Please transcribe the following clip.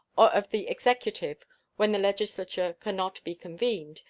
or of the executive when the legislature can not be convened,